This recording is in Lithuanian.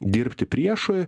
dirbti priešui